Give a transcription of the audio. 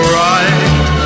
right